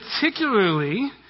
particularly